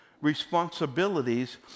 responsibilities